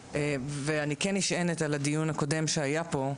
ואני כן נשענת על הדיון הקודם שהיה פה,